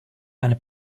eine